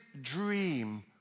dream